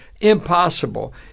impossible